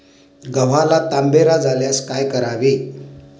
गव्हाला तांबेरा झाल्यास काय करावे?